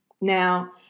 Now